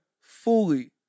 fully